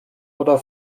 oder